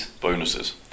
bonuses